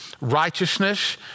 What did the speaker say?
righteousness